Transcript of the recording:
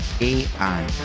AI